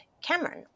Cameron